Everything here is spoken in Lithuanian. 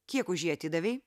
kiek už jį atidavei